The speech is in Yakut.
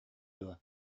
дуо